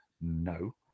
No